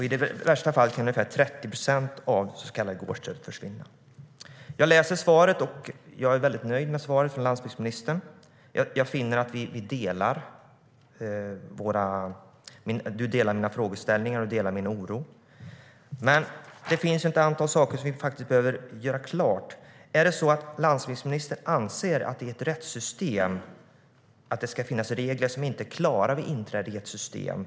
I värsta fall kan ungefär 30 procent av det så kallade gårdsstödet försvinna. Jag är nöjd med interpellationssvaret från landsbygdsministern. Jag finner att han delar mina frågeställningar och min oro. Men det finns ett antal saker som vi behöver klargöra. Anser landsbygdsministern att det i ett rättssystem ska finnas regler som inte är klara vid inträdet i systemet?